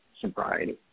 sobriety